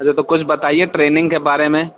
اچھا تو کچھ بتائیے ٹرینگ کے بارے میں